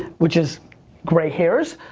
which is gray hairs.